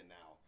now